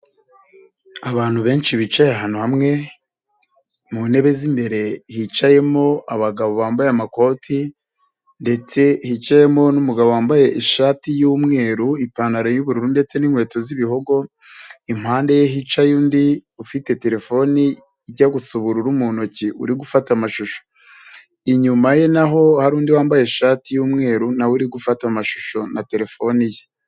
Abantu benshi bicaye ahantu hamwe mu ntebe z'imbere hicayemo abagabo bambaye amakoti ndetse hicayemo n'umugabo wambaye ishati y'umweru, ipantaro y'ubururu ndetse n'inkweto z'ibihogo, impande ye hicaye undi ufite telefone ijya gusa ubururu mu ntoki uri gufata amashusho, inyuma ye naho hari undi wambaye ishati y'umweru na we uri gufata amashusho na telefone ye.